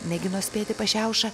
mėgino spėti pašiauša